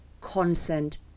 consent